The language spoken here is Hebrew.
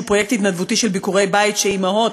שהיא פרויקט התנדבותי של ביקורי בית שאימהות,